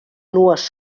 nues